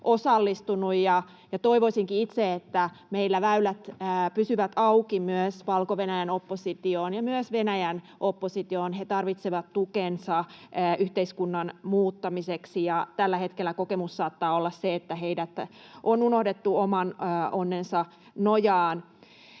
osallistunut. Toivoisinkin itse, että meillä väylät pysyvät auki myös Valko-Venäjän oppositioon ja myös Venäjän oppositioon. He tarvitsevat tukensa yhteiskunnan muuttamiseksi, ja tällä hetkellä kokemus saattaa olla se, että heidät on unohdettu oman onnensa nojaan.